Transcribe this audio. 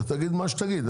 תגיד מה שתגיד.